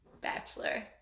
bachelor